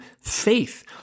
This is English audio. faith